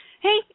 hey